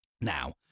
Now